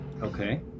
Okay